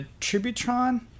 Tributron